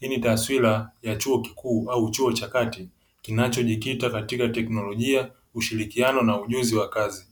Hii ni taswira ya chuo kikuu au chuo cha kati kinachojikita katika teknolojia, ushirikiano na ujuzi wa kazi.